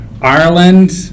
Ireland